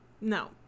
No